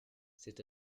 cet